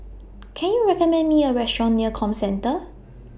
Can YOU recommend Me A Restaurant near Comcentre